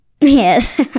yes